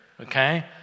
Okay